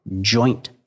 joint